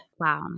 Wow